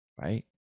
Right